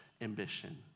ambition